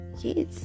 yes